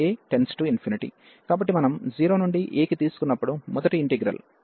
కాబట్టి మనం 0 నుండి a కి తీసుకున్నప్పుడు మొదటి ఇంటిగ్రల్